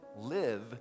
live